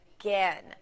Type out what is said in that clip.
again